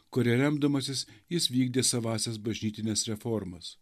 kuria remdamasis jis vykdė savąsias bažnytines reformas